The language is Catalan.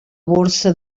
borsa